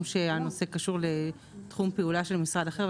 שהנושא קשור לתחום פעולה של משרד אחר,